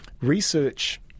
Research